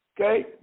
Okay